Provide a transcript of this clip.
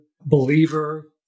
believer